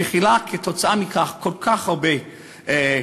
שמכילה כתוצאה מכך כל כך הרבה נכים,